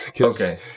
Okay